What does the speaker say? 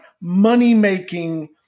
money-making –